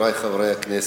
חברי חברי הכנסת,